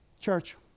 church